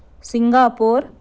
Singapore